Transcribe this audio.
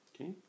Okay